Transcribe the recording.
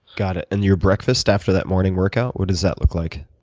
got it. and your breakfast, after that morning workout, what does that look like?